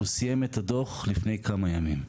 הוא סיים את הדוח לפני כמה ימים.